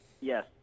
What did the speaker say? Yes